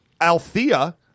Althea